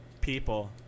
people